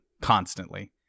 constantly